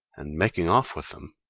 and making off with them.